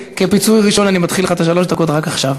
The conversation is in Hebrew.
כפיצוי ראשון אני מתחיל לך את שלוש הדקות רק עכשיו.